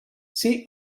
see